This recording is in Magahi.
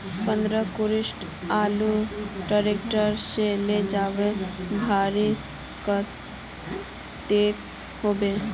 पंद्रह कुंटल आलूर ट्रैक्टर से ले जवार भाड़ा कतेक होबे?